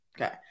Okay